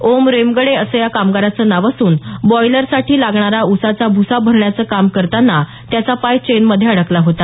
ओम रेमगडे असं या कामगाराचं नाव असून बॉयलरसाठी लागणारा ऊसाचा भुसा भरण्याचं काम करताना त्याचा पाय चैनमध्ये अडकला होता